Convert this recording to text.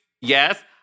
Yes